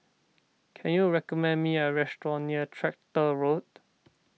can you recommend me a restaurant near Tractor Road